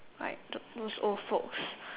like those old folks